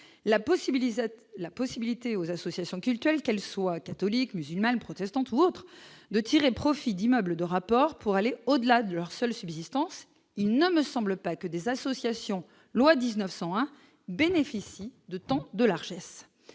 la possibilité aux associations cultuelles, qu'elle soit catholique, musulmane, protestante ou autres, de tirer profit d'immeubles de rapport pour aller au-delà de leur seule subsistance il ne me semble pas que des associations loi 1901 bénéficie de tant de largesses,